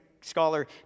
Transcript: scholar